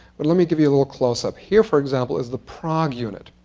but let me give you a little close up. here, for example, is the prague unit.